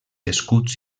escuts